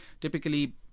Typically